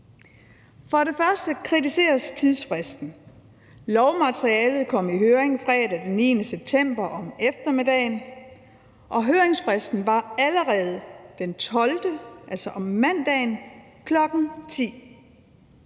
For det første kritiseres tidsfristen. Lovmaterialet kom i høring fredag den 9. september om eftermiddagen, og høringsfristen var allerede den 12.